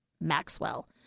Maxwell